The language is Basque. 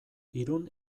irun